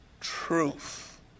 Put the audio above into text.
truth